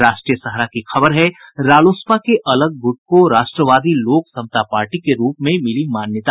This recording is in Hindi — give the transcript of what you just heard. राष्ट्रीय सहारा की खबर है रालोसपा के अलग गुट को राष्ट्रवादी लोक समता पार्टी के रूप में मिली मान्यता